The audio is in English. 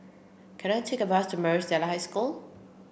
can I take a bus to Maris Stella High School